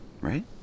Right